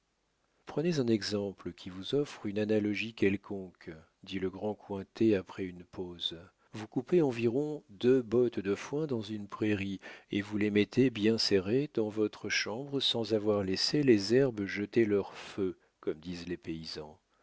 prenez un exemple qui vous offre une analogie quelconque dit le grand cointet après une pause vous coupez environ deux bottes de foin dans une prairie et vous les mettez bien serrées dans votre chambre sans avoir laissé les herbes jeter leur feu comme disent les paysans